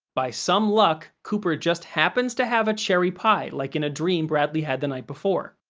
by some luck, cooper just happens to have a cherry pie, like in a dream bradley had the night before.